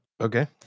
okay